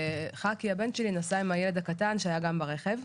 חקי הבן שלי נסע עם הילד הקטן שהיה גם ברכב.